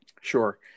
Sure